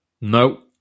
No